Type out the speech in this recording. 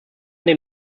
dem